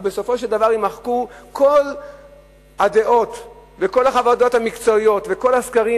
אבל בסופו של דבר יימחקו כל הדעות וכל חוות הדעת המקצועיות וכל הסקרים,